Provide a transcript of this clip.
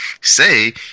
say